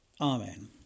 Amen